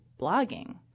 blogging